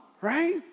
right